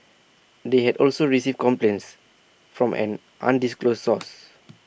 they had also received complaints from an undisclosed source